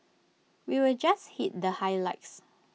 we'll just hit the highlights